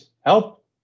help